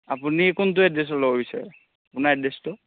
আপুনি কোনটো এড্ৰেছত ল'ব বিচাৰে আপোনাৰ এড্ৰেছটো